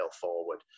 forward